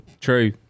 true